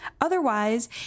Otherwise